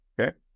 okay